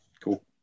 Cool